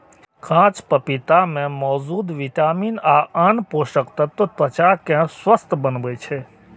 कांच पपीता मे मौजूद विटामिन आ आन पोषक तत्व त्वचा कें स्वस्थ बनबै छै